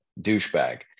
douchebag